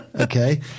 Okay